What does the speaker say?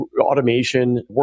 automation